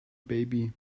baby